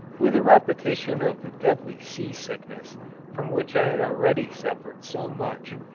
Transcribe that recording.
with a repetition of the deadly sea-sickness from which i had already suffered so much.